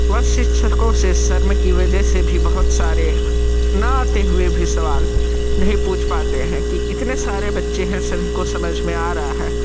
वह शिक्षकों से शर्म की वजह से भी बहुत सारे न आते हुए भी सवाल नहीं पूछ पाते हैं कि इतने सारे बच्चे हैं सभी को समझ में आ रहा है